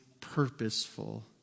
purposeful